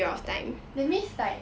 that means like